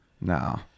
No